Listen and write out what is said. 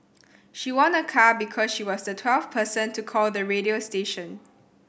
she won a car because she was the twelfth person to call the radio station